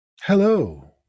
Hello